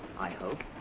i hope.